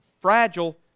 Fragile